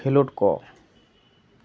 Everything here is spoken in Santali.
ᱠᱷᱮᱞᱳᱰ ᱠᱚ